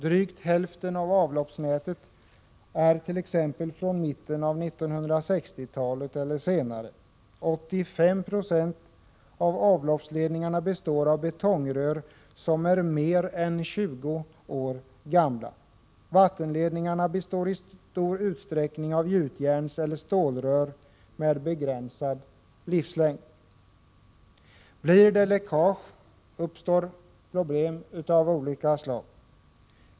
Drygt hälften av avloppsnätet är t.ex. från mitten av 1960-talet eller senare, och 85 96 av avloppsledningarna består av betongrör som är mer än 20 år gamla. Vattenledningarna består i stor utsträckning av gjutjärnseller stålrör med begränsad livslängd. Blir det läckage uppstår problem av olika slag.